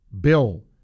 Bill